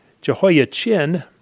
Jehoiachin